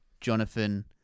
Jonathan